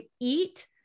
eat